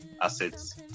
assets